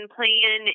Plan